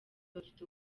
bafite